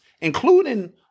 including